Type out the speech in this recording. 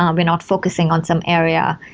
um we're not focusing on some area.